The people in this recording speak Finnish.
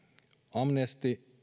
amnesty